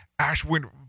Ashwin